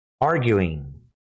arguing